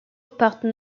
partent